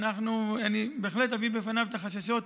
ואני בהחלט אביא בפניו את החששות,